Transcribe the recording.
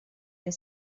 your